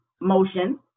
motion